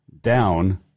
down